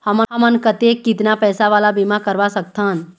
हमन कतेक कितना पैसा वाला बीमा करवा सकथन?